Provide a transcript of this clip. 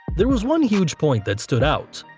there was one huge point that stood out.